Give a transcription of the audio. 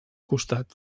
costat